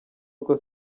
uko